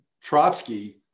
Trotsky